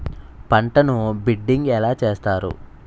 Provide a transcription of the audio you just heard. పంటను బిడ్డింగ్ ఎలా చేస్తారు?